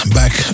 back